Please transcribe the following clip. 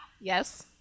Yes